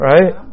Right